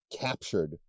captured